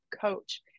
coach